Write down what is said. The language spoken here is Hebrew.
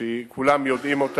שכולם מכירים.